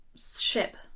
ship